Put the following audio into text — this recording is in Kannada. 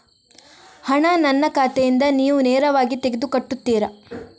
ಹಣ ನನ್ನ ಖಾತೆಯಿಂದ ನೀವು ನೇರವಾಗಿ ತೆಗೆದು ಕಟ್ಟುತ್ತೀರ?